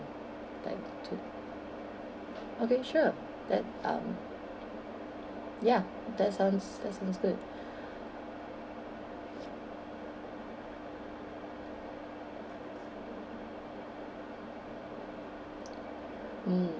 like two okay sure that um ya that sounds that sounds good mm